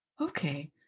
okay